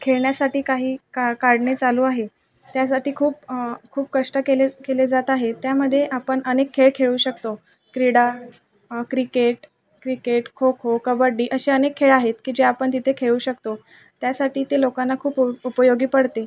खेळण्यासाठी काही का काढणे चालू आहे त्यासाठी खूप खूप कष्ट केले केले जात आहेत त्यामध्ये आपण अनेक खेळ खेळू शकतो क्रीडा क्रिकेट क्रिकेट खो खो कबड्डी असे अनेक खेळ आहेत की जे आपण तिथे खेळू शकतो त्यासाठी ते लोकांना खूप उपयोगी पडते